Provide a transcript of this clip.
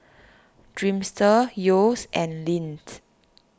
Dreamster Yeo's and Lindt